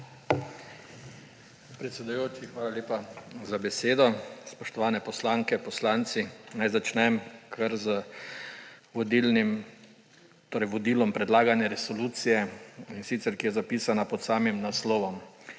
Predsedujoči, hvala lepa za besedo. Spoštovane poslanke, poslanci! Naj začnem kar z vodilom predlagane resolucije, ki je zapisano pod samim naslovom